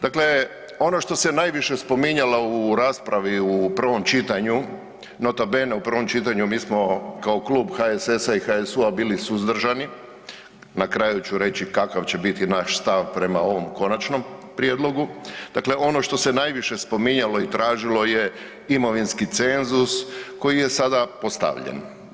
Dakle, ono što se najviše spominjalo u raspravi u prvom čitanju, notobene u prvom čitanju mi smo kao Klub HSS-a i HSU-a bili suzdržani, na kraju ću reći kakav će biti naš stav prema ovom konačnom prijedlogu, dakle ono što se najviše spominjalo i tražilo je imovinski cenzus koji je sada postavljen.